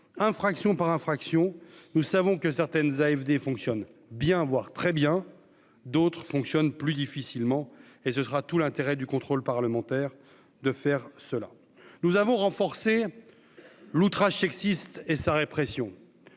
infraction par infraction, nous savons que certaines AFD fonctionnent bien, voire très bien d'autres fonctionnent plus difficilement et ce sera tout l'intérêt du contrôle parlementaire de faire cela, nous avons renforcé l'outrage sexiste et sa répression,